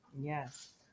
Yes